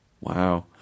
Wow